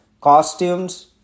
costumes